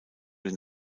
den